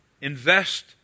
invest